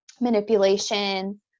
manipulation